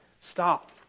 stop